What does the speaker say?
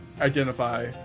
identify